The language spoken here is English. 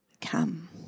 come